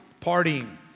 partying